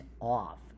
off